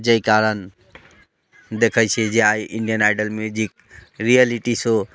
जाहि कारण देखै छी जे आइ Indian Idol music reality show